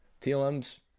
TLM's